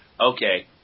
Okay